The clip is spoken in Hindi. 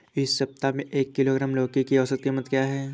इस सप्ताह में एक किलोग्राम लौकी की औसत कीमत क्या है?